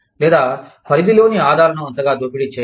లేదా పరిధి లోని ఆదాలను అంతగా దోపిడీ చేయరు